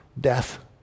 death